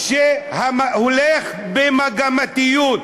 שהולך במגמתיות,